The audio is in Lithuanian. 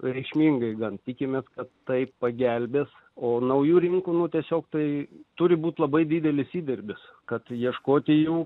reikšmingai gal tikimės kad tai pagelbės o naujų rinkų nu tiesiog tai turi būti labai didelis įdirbis kad ieškoti jų